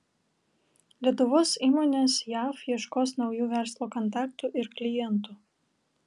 lietuvos įmonės jav ieškos naujų verslo kontaktų ir klientų